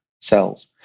cells